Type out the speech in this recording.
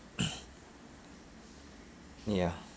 ya